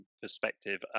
perspective